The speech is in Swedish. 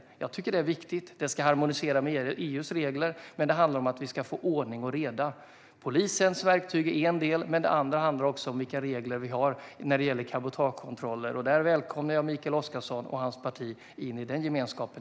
Jag tycker att detta är viktigt. Det ska harmonisera med EU:s regler, men det handlar om att vi ska få ordning och reda. Polisens verktyg är en del - den andra handlar om vilka regler vi har när det gäller cabotagekontroller. Jag välkomnar Mikael Oscarsson och hans parti in i den gemenskapen.